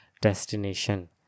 destination